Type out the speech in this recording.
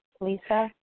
Lisa